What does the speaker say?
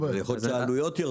ויכול להיות שהעלויות ירדו.